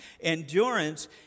Endurance